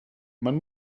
man